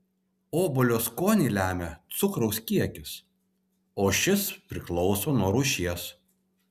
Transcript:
obuolio skonį lemia cukraus kiekis o šis priklauso nuo rūšies